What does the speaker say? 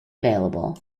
available